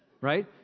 Right